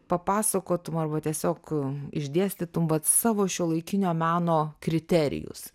papasakotum arba tiesiog išdėstytum vat savo šiuolaikinio meno kriterijus